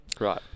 Right